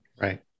Right